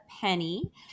penny